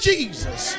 Jesus